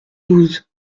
douze